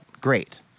great